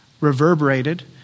reverberated